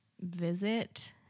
visit